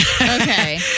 Okay